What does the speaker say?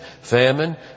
famine